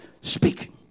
Speaking